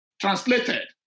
translated